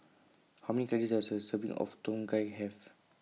How Many Calories Does A Serving of Tom Kha Gai Have